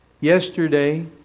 yesterday